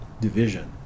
division